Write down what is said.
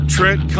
Trent